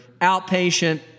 outpatient